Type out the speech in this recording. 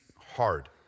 hard